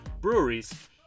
breweries